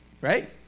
right